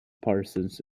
parsons